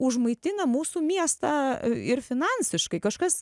užmaitina mūsų miestą ir finansiškai kažkas